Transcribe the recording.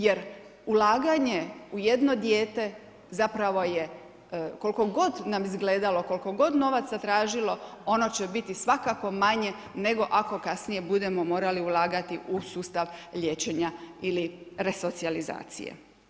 Jer ulaganje u jedno dijete zapravo je koliko god nam izgledalo, koliko god novaca tražilo ono će biti svakako manje nego ako kasnije budemo morali ulagati u sustav liječenja ili resocijalizacije.